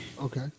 Okay